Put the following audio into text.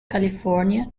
california